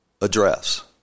address